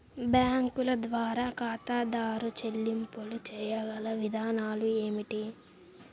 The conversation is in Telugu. బ్యాంకుల ద్వారా ఖాతాదారు చెల్లింపులు చేయగల విధానాలు ఏమిటి?